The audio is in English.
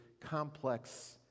complex